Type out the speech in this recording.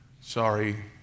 Sorry